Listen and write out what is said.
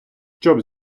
щоб